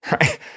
right